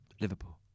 liverpool